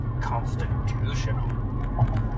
Constitutional